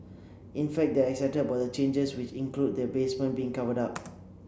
in fact they are excited about the changes which include the basement being covered up